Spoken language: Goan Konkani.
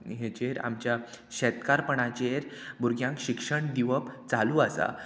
हेचेर आमच्या शेतकारपणाचेर भुरग्यांक शिक्षण दिवप चालू आसा